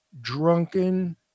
drunken